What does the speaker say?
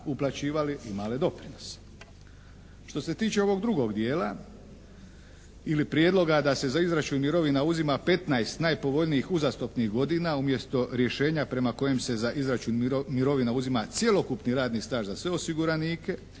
uplaćivali i male doprinose. Što se tiče ovog drugog dijela ili prijedloga da se za izračun mirovina uzima 15 najpovoljnijih uzastopnih godina umjesto rješenja prema kojem se za izračun mirovina uzima cjelokupni radni staž za sve osiguranike